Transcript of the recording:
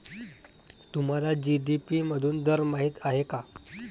तुम्हाला जी.डी.पी मधून दर माहित आहे का?